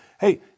hey